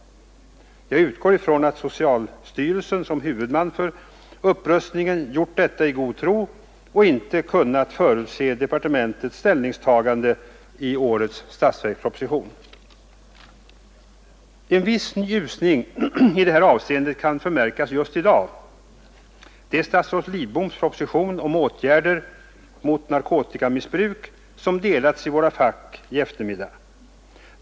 Jag utgår ifrån att socialstyrelsen som huvudman för upprustningen gjort denna i god tro och inte kunnat förutse departementets ställningstagande i årets statsverksproposition. En viss ljusning i detta avseende kan förmärkas just i dag. Det är statsrådet Lidboms proposition om åtgärder mot narkotikamissbruk som delats i våra fack i eftermiddag.